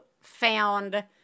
found